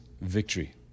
victory